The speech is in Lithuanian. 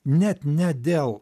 net ne dėl